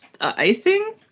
icing